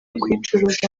kuyicuruza